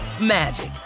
magic